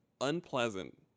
unpleasant